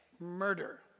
murder